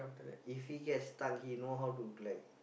if he gets stuck he know how to like